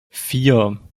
vier